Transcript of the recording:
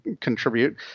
contribute